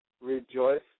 Rejoice